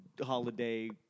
holiday